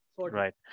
Right